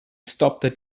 stopped